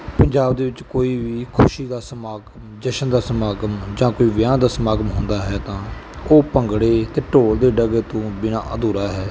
ਪੰਜਾਬ ਦੇ ਵਿੱਚ ਕੋਈ ਵੀ ਖੁਸ਼ੀ ਦਾ ਸਮਾਂ ਜਸ਼ਨ ਦਾ ਸਮਾਗਮ ਜਾਂ ਕੋਈ ਵਿਆਹ ਦਾ ਸਮਾਗਮ ਹੁੰਦਾ ਹੈ ਤਾਂ ਉਹ ਭੰਗੜੇ ਅਤੇ ਢੋਲ ਦੇ ਡਗੇ ਤੋਂ ਬਿਨਾਂ ਅਧੂਰਾ ਹੈ